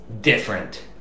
different